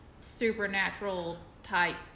supernatural-type